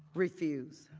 refused.